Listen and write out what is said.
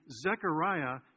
Zechariah